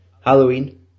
Halloween